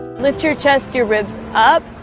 lift your chest your ribs up